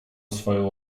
swoją